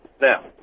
Now